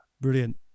brilliant